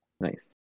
Nice